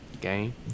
Game